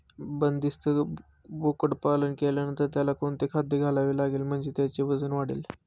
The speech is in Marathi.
बंदिस्त बोकडपालन केल्यानंतर त्याला कोणते खाद्य द्यावे लागेल म्हणजे त्याचे वजन वाढेल?